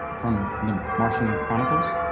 from the martian chronicles?